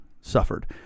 suffered